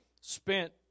spent